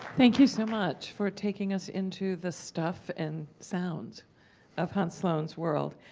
thank you so much for taking us into the stuff and sounds of hans sloane's world.